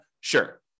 Sure